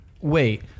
wait